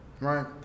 right